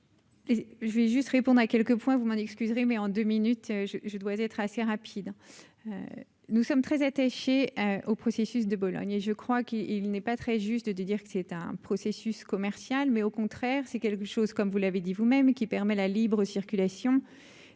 je vais juste répondre à quelques points, vous m'en excuserez mais en 2 minutes, je, je dois être assez rapide, nous sommes très attachés au processus de Bologne et je crois qu'il n'est pas très juste de dire que c'est un processus commercial mais au contraire, c'est quelque chose comme vous l'avez dit vous-même, qui permet la libre circulation